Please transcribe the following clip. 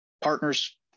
partners